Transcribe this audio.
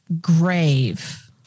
grave